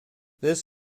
this